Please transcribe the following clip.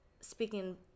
speaking